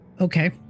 Okay